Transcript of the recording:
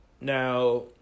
Now